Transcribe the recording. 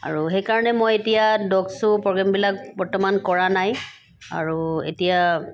আৰু সেইকাৰণে মই এতিয়া ডগ শ্ব' প্ৰগেমবিলাক বৰ্তমান কৰা নাই আৰু এতিয়া